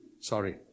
Sorry